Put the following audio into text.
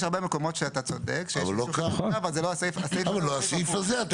יש הרבה מקומות שאתה צודק, אבל זה לא הסעיף הזה.